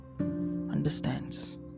understands